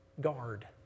guard